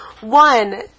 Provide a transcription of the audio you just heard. One